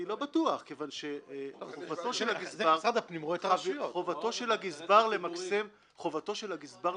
אני לא בטוח כי חובתו של הגזבר למקסם את הגבייה.